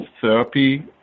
therapy